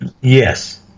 Yes